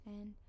and-